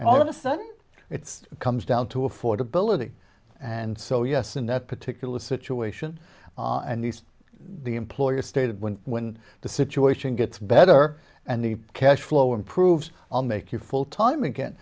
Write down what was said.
and all of a sudden it's comes down to affordability and so yes in that particular situation and these are the employers stated when when the situation gets better and the cash flow improves on make you full time again